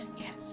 yes